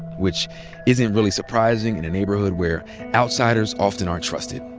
which isn't really surprising in a neighborhood where outsiders often aren't trusted.